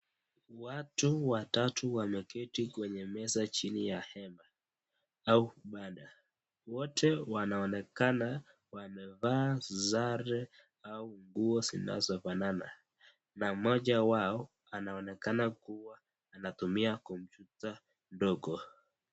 Watu watatu wameketi kwenye meza jini ya hema au ibada. Wote wanaonekana wamevaa sare au nguo zinazofanana na mmoja wao anaonekana kuwa anatumia kompyuta ndogo.